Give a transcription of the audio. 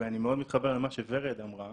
ואני מאוד מתחבר למה שורד אמרה